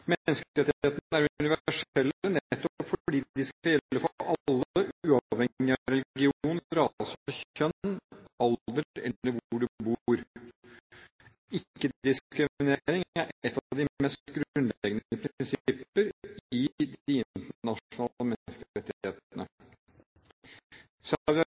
men det kan aldri brukes som unnskyldning for å bryte internasjonale menneskerettigheter. Menneskerettighetene er universelle, nettopp fordi de skal gjelde for alle, uavhengig av religion, rase, kjønn, alder eller hvor du bor. Ikke-diskriminering er et av de mest grunnleggende prinsipper i de internasjonale menneskerettighetene.